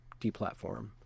deplatform